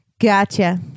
Gotcha